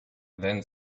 then